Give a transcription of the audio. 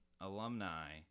alumni